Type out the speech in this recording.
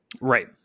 Right